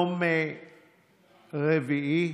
יום רביעי,